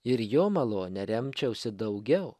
ir jo malone remčiausi daugiau